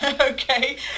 Okay